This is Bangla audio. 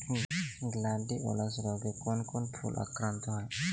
গ্লাডিওলাস রোগে কোন কোন ফুল আক্রান্ত হয়?